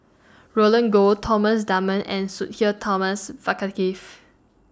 Roland Goh Thomas Dunman and Sudhir Thomas